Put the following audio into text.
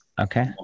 Okay